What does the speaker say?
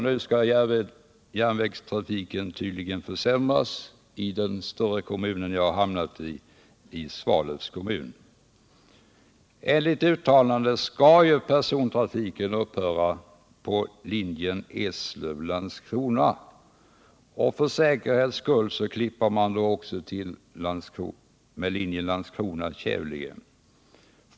Nu skall tydligen järnvägstrafiken försämras i den större kommun där jag i dag bor, nämligen Svalövs kommun. Enligt uttalande skall ju persontrafiken upphöra på linjen Eslöv-Landskrona. För säkerhets skull klipper man då också till med linjen Landskrona-Kävlinge.